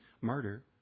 murder